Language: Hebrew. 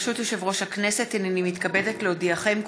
ברשות יושב-ראש הכנסת, הינני מתכבדת להודיעכם,